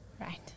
Right